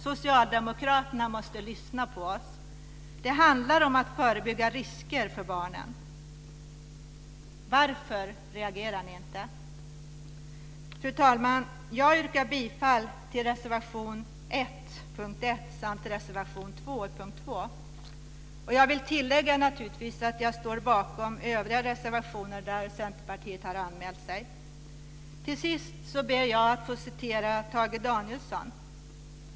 Socialdemokraterna måste lyssna på oss. Det handlar om att förebygga risker för barnen. Varför reagerar ni inte? Fru talman! Jag yrkar bifall till reservation 1 under punkt 1 samt reservation 2 under punkt 2. Jag vill naturligtvis tillägga att jag står bakom övriga reservationer där Centerpartiet har anmält sig. Till sist ber jag att få citera Tage Danielsson.